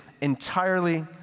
entirely